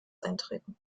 eintreten